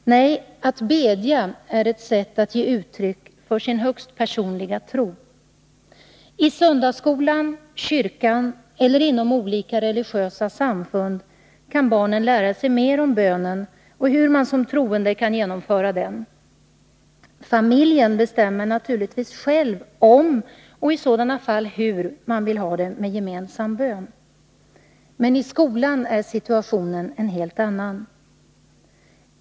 Nej, att bedja är ett sätt att ge uttryck för sin högst personliga tro. I söndagsskolan, kyrkan eller inom olika religiösa samfund kan barnen lära sig mer om bönen och hur man som troende kan genomföra den. Familjen bestämmer naturligtvis själv om man vill ha med gemensam bön och i sådana fall hur. Men i skolan är situationen en helt annan.